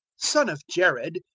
son of jared,